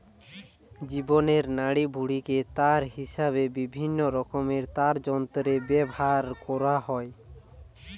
জীবের নাড়িভুঁড়িকে তার হিসাবে বিভিন্নরকমের তারযন্ত্রে ব্যাভার কোরা হয়